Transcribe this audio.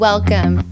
Welcome